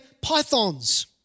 pythons